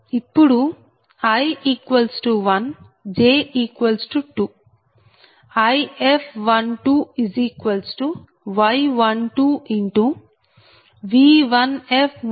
ఇప్పుడు i1 j2 If12y12V1f V2fy120